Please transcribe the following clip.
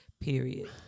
period